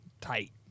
tight